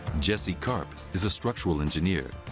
jesse karp is a structural engineer.